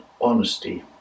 honesty